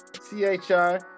C-H-I